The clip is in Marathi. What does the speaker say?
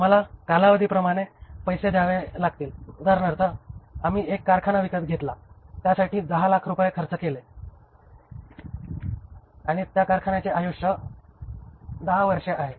आम्हाला कालवधी प्रमाणे पैसे द्यावे लागतील उदाहरणार्थ आम्ही एक कारखाना विकत घेतला आणि त्यासाठी दहा लाख रुपये खर्च केले आणि त्या कारखान्याचे आयुष्य 10 वर्षे आहे